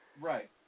Right